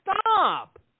Stop